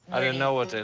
i didn't know what they